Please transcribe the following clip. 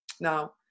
Now